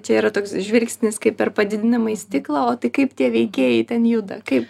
čia yra toks žvilgsnis kaip per padidinamąjį stiklą o tai kaip tie veikėjai ten juda kaip